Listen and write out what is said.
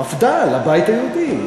המפד"ל, הבית היהודי.